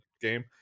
game